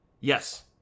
Yes